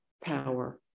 power